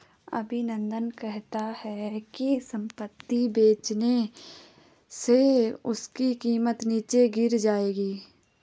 अभिनंदन कहता है कि संपत्ति बेचने से उसकी कीमत नीचे गिर जाएगी